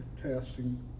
testing